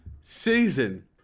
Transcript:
season